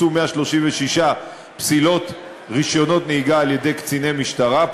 בוצעו 136 פסילות של רישיונות נהיגה על-ידי קציני משטרה,